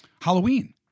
Halloween